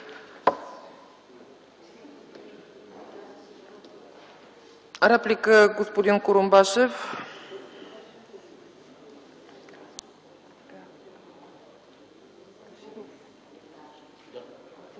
Реплика – господин Курумбашев.